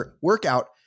workout